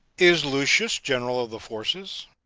is lucius general of the forces?